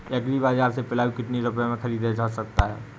Agree बाजार से पिलाऊ कितनी रुपये में ख़रीदा जा सकता है?